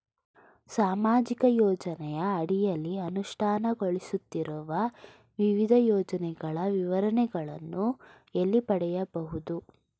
ಸಾಮಾಜಿಕ ಯೋಜನೆಯ ಅಡಿಯಲ್ಲಿ ಅನುಷ್ಠಾನಗೊಳಿಸುತ್ತಿರುವ ವಿವಿಧ ಯೋಜನೆಗಳ ವಿವರಗಳನ್ನು ಎಲ್ಲಿ ಪಡೆಯಬಹುದು?